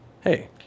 hey